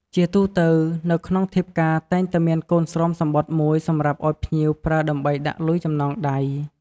ជាទូទៅ នៅក្នុងធៀបការតែងតែមានកូនស្រោមសំបុត្រមួយសម្រាប់ឱ្យភ្ញៀវប្រើដើម្បីដាក់លុយចំណងដៃ។